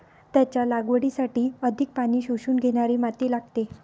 त्याच्या लागवडीसाठी अधिक पाणी शोषून घेणारी माती लागते